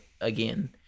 again